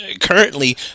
currently